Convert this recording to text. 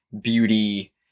beauty